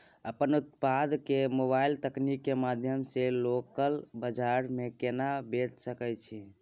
अपन उत्पाद के मोबाइल तकनीक के माध्यम से लोकल बाजार में केना बेच सकै छी?